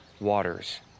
waters